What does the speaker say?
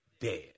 dead